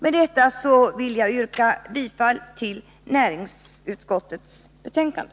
Med detta vill jag yrka bifall till hemställan i näringsutskottets betänkande.